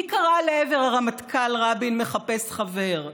מי קרא לעבר הרמטכ"ל "רבין מחפש חבר",